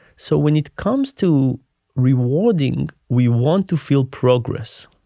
so when it comes to rewarding, we want to feel progress.